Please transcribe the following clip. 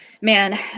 man